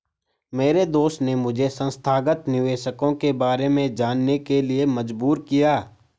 मेरे दोस्त ने मुझे संस्थागत निवेशकों के बारे में जानने के लिए मजबूर किया